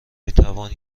میتوان